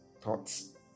thoughts